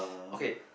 okay